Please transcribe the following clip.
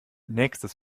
nächstes